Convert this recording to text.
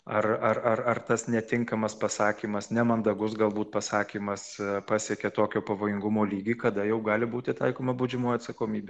ar ar ar ar tas netinkamas pasakymas nemandagus galbūt pasakymas pasiekė tokio pavojingumo lygį kada jau gali būti taikoma baudžiamoji atsakomybė